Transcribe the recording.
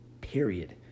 Period